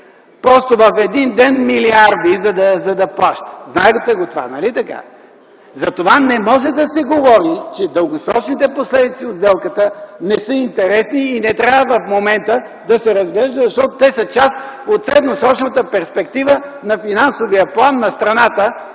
просто в един ден милиарди, за да плаща. Знаете го това, нали така? Затова не може да се говори, че дългосрочните последици от сделката не са интересни и в момента не трябва да се разглеждат, защото те са част от средносрочната перспектива на финансовия план на страната